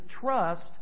trust